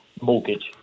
mortgage